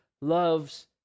loves